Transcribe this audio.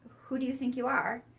who do you think you are?